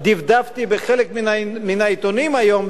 דפדפתי בחלק מן העיתונים היום,